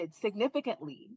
significantly